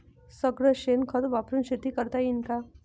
सगळं शेन खत वापरुन शेती करता येईन का?